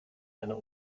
einer